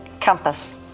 Compass